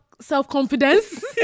self-confidence